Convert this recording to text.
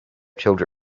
children